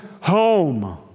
home